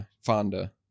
fonda